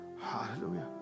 Hallelujah